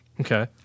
Okay